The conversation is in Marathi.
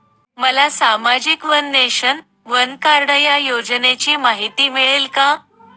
मला सामाजिक वन नेशन, वन कार्ड या योजनेची माहिती मिळेल का?